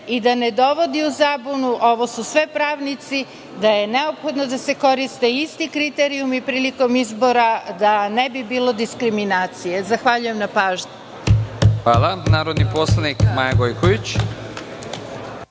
i da ne dovodi u zabunu, ovo su sve pravnici, da je neophodno da se koriste isti kriterijumi prilikom izbora, da ne bi bilo diskriminacije. Hvala. **Nebojša Stefanović** Hvala. Reč ima narodni poslanik Maja Gojković.